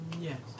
Yes